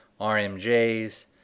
rmjs